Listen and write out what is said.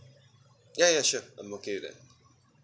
ya ya sure I'm okay with that